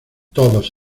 todos